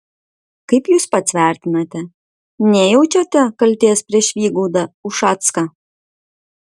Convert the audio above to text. kaip jūs pats vertinate nejaučiate kaltės prieš vygaudą ušacką